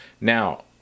Now